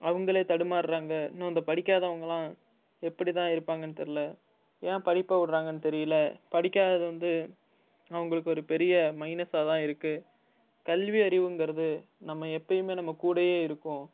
அவங்களே தடுமார்றாங்க இன்னும் இந்த படிக்காதவங்கள்லாம் எப்டி தான் இருப்பாங்கன்னு தெரில ஏன் படிப்பை விடுறாங்கன்னு தெரியல படிக்காதது வந்து அவங்களுக்கு ஒரு பெரிய மைனஸ்ஸாகதான் இருக்கு கல்வியறிவுங்கிறது நம்ம எப்பையுமே நம்ம கூடையே இருக்கும்